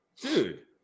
Dude